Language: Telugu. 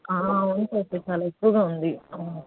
అవును శేషు చాలా ఎక్కువగా ఉంది అవును